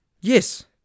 Yes